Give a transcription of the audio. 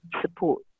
support